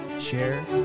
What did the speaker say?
share